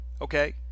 okay